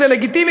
זה לגיטימי,